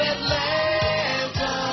Atlanta